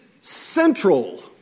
central